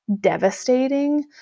devastating